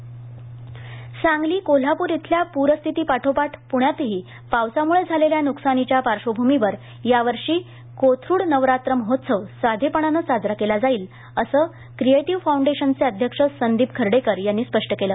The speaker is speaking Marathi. कोथरूड नवरात्र महोत्सव सांगली कोल्हापूर येथील पूरस्थिती पाठोपाठ पुण्यात ही पावसामुळे झालेल्या नुकसानीच्या पार्श्वभूमीवर यावर्षी कोथरूड नवरात्र महोत्सव साधेपणाने साजरा केला जाईल असे क्रिएटिव्ह फोंडेशनचे अध्यक्ष संदीप खर्डेकर यांनी स्पष्ट केले